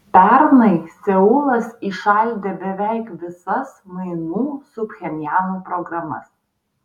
pernai seulas įšaldė beveik visas mainų su pchenjanu programas